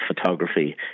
photography